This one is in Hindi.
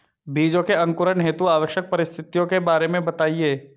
बीजों के अंकुरण हेतु आवश्यक परिस्थितियों के बारे में बताइए